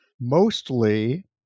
mostly